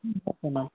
ம் okay ma'am